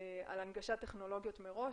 על הנגשת טכנולוגיות מראש,